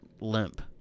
limp